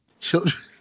Children